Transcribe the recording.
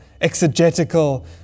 exegetical